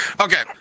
Okay